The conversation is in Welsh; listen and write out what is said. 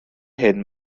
hyn